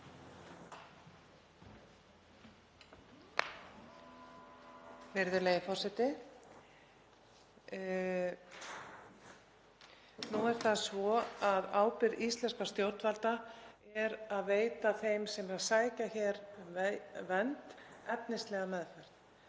Virðulegi forseti. Nú er það svo að ábyrgð íslenskra stjórnvalda er að veita þeim sem sækja hér um vernd efnislega meðferð.